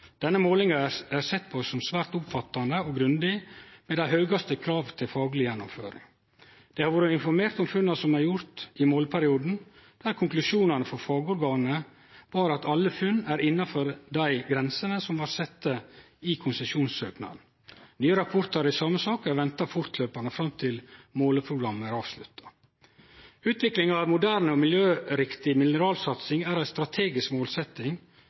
Denne målinga er sett på som svært omfattande og grundig med dei høgaste krav til fagleg gjennomføring. Det har vore informert om funna som er gjorde i måleperioden, der konklusjonen frå fagorganet var at alle funn er innanfor dei grensene som blei sette i konsesjonssøknaden. Nye rapportar i same sak er venta fortløpande fram til måleprogrammet er avslutta. Utvikling av ei moderne og miljøriktig mineralsatsing er ei strategisk